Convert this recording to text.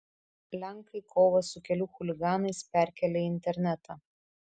lenkai kovą su kelių chuliganais perkelia į internetą